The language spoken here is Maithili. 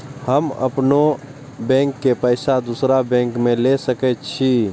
हम अपनों बैंक के पैसा दुसरा बैंक में ले सके छी?